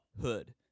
hood